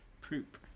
Poop